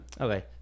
Okay